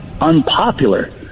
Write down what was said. unpopular